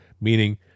meaning